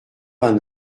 vingt